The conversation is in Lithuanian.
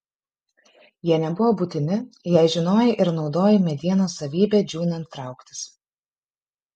jie nebuvo būtini jei žinojai ir naudojai medienos savybę džiūnant trauktis